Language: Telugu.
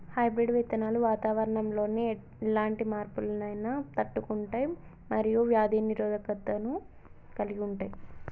హైబ్రిడ్ విత్తనాలు వాతావరణంలోని ఎలాంటి మార్పులనైనా తట్టుకుంటయ్ మరియు వ్యాధి నిరోధకతను కలిగుంటయ్